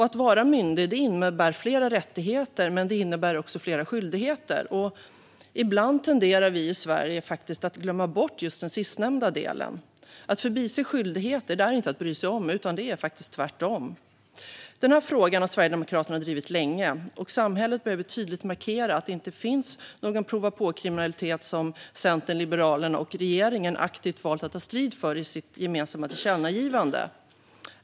Att vara myndig innebär flera rättigheter, men det innebär också flera skyldigheter. Ibland tenderar vi i Sverige faktiskt att glömma bort just den sistnämnda delen. Att förbise skyldigheter är inte att bry sig om - det är faktiskt tvärtom. Denna fråga har Sverigedemokraterna drivit länge. Samhället behöver tydligt markera att det inte finns någon prova-på-kriminalitet, som Centern, Liberalerna och regeringen aktivt valt att ta strid för i sitt gemensamma tillkännagivande.